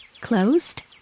Closed